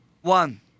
One